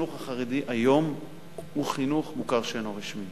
כל החינוך החרדי היום הוא חינוך מוכר שאינו רשמי.